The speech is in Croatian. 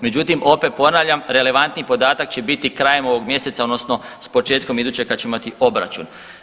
Međutim, opet ponavljam relevantniji podatak će biti krajem ovog mjeseca odnosno s početkom idućeg kada ćemo imati obračun.